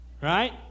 right